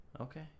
Okay